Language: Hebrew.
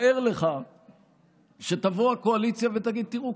תתאר לך שתבוא הקואליציה ותגיד: תראו,